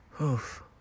oof